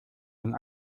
den